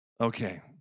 Okay